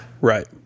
Right